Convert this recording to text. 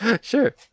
Sure